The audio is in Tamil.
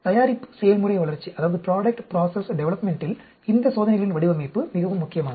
தயாரிப்பு செயல்முறை வளர்ச்சியில் இந்த சோதனைகளின் வடிவமைப்பு மிகவும் முக்கியமானது